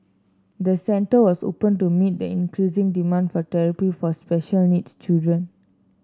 the centre was opened to meet that increasing demand for therapy for special needs children